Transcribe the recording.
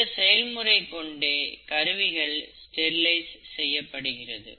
இந்த செயல்முறை கொண்டே கருவிகள் ஸ்டெரிலைஸ் செய்யப்படுகிறது